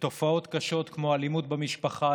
בתופעות קשות כמו אלימות במשפחה,